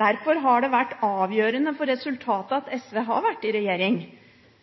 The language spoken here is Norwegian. Derfor har det vært avgjørende for resultatet at SV har vært i regjering.